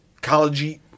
college